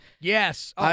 Yes